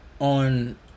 on